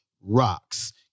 rocks